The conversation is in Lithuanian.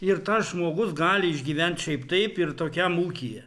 ir tas žmogus gali išgyventi šiaip taip ir tokiam ūkyje